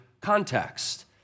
context